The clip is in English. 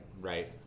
Right